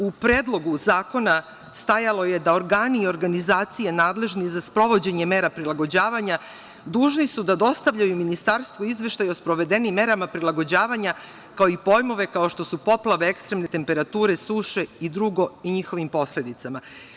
U Predlogu zakona stajalo je da organi i organizacije nadležni za sprovođenje mera prilagođavanja dužni su da dostavljaju ministarstvu izveštaj o sprovedenim merama prilagođavanja kao i pojmove kao što su: poplave, ekstremne temperature, suše i drugo i njihovim posledicama.